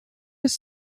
his